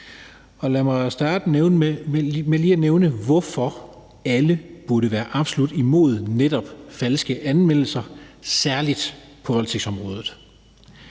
Lad mig starte med lige at nævne, hvorfor alle burde være absolut imod netop falske anmeldelser, særlig på voldtægtsområdet.